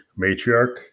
Matriarch